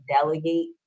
delegate